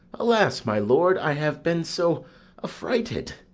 alas, my lord, i have been so affrighted!